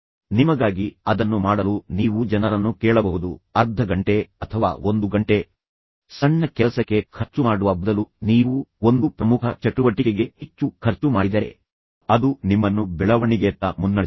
ನಿಮಗಾಗಿ ಅದನ್ನು ಮಾಡಲು ನೀವು ಜನರನ್ನು ಕೇಳಬಹುದು ಅರ್ಧ ಗಂಟೆ ಅಥವಾ ಒಂದು ಗಂಟೆ ಸಣ್ಣ ಕೆಲಸಕ್ಕೆ ಖರ್ಚುಮಾಡುವ ಬದಲು ನೀವು ಒಂದು ಪ್ರಮುಖ ಚಟುವಟಿಕೆಗೆ ಹೆಚ್ಚು ಖರ್ಚು ಮಾಡಿದರೆ ಅದು ನಿಮ್ಮನ್ನು ಬೆಳವಣಿಗೆಯತ್ತ ಮುನ್ನಡೆಸುತ್ತದೆ